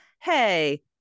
hey